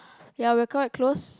ya we're quite close